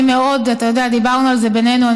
אתה יודע, דיברנו על זה בינינו.